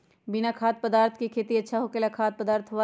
बिना खाद्य पदार्थ के खेती अच्छा होखेला या खाद्य पदार्थ वाला?